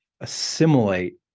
assimilate